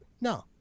no